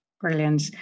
Brilliant